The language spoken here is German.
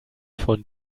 von